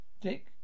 Dick